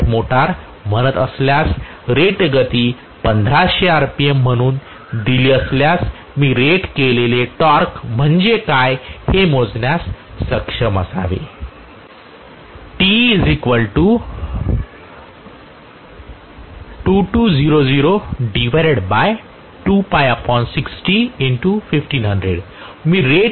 2 Kw motor म्हणत असल्यास rate गती 1500 rpm म्हणून दिली असल्यास मी रेट केलेले टॉर्क म्हणजे काय हे मोजण्यास सक्षम असावे